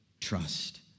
trust